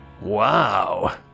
Wow